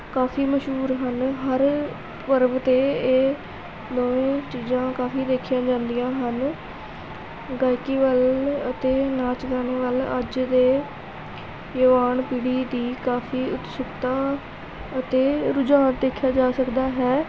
ਕਾਫ਼ੀ ਮਸ਼ਹੂਰ ਹਨ ਹਰ ਪਰਬ 'ਤੇ ਇਹ ਦੋਵੇਂ ਚੀਜ਼ਾਂ ਕਾਫ਼ੀ ਦੇਖੀਆਂ ਜਾਂਦੀਆਂ ਹਨ ਗਾਇਕੀ ਵੱਲ ਅਤੇ ਨਾਚ ਗਾਣੇ ਵੱਲ ਅੱਜ ਦੇ ਜੁਵਾਨ ਪੀੜ੍ਹੀ ਦੀ ਕਾਫ਼ੀ ਉਤਸੁਕਤਾ ਅਤੇ ਰੁਝਾਨ ਦੇਖਿਆ ਜਾ ਸਕਦਾ ਹੈ